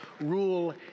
rule